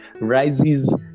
rises